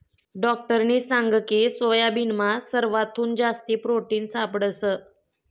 डाक्टरनी सांगकी सोयाबीनमा सरवाथून जास्ती प्रोटिन सापडंस